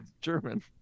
German